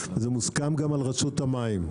וזה מוסכם גם על רשות המים.